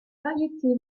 variété